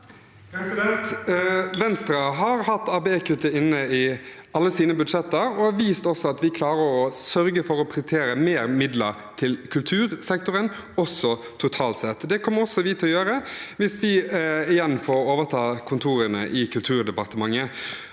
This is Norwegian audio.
Venstre har hatt ABE-kuttet inn i alle sine budsjetter og vist at vi klarer å sørge for å prioritere mer midler til kultursektoren også totalt sett. Det kommer vi også til å gjøre hvis vi igjen får overta kontorene i Kulturdepartementet.